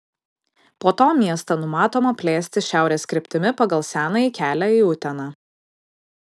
po to miestą numatoma plėsti šiaurės kryptimi pagal senąjį kelią į uteną